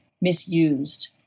misused